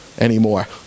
anymore